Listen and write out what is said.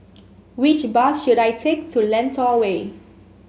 which bus should I take to Lentor Way